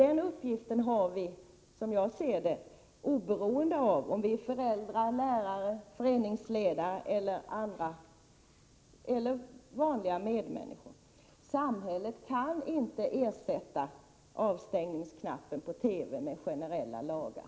Den uppgiften har vi, som jag ser det, oberoende av om vi är föräldrar, lärare, föreningsledare eller vanliga medmänniskor. Samhället kan inte ersätta avstängningsknappen på TV:n med generella lagar.